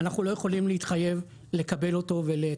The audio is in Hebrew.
אנחנו לא יכולים להתחייב לקבל אותו.